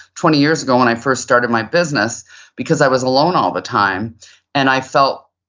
twenty years ago when i first started my business because i was alone all the time and i felt,